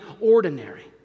ordinary